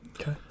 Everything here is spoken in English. Okay